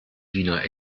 wiener